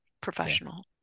professional